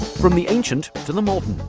from the ancient to the modern,